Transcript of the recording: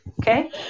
Okay